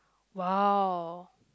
!wow!